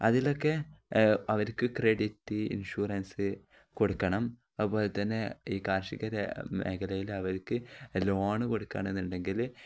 അതിലൊക്കെ അവര്ക്ക് credit insurance കൊടുക്കണം അതുപോലെ തന്നെ ഈ കാർഷിക മേഖലയില് അവർക്ക് ലോണ് കൊടുക്കണമെന്നുണ്ടെങ്കില്